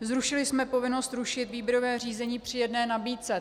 Zrušili jsme povinnost rušit výběrové řízení při jedné nabídce.